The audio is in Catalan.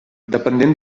dependent